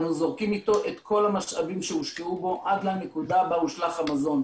אנו זורקים אתו את כל המשאבים שהושקעו בו עד לנקודה בה הושלך המזון.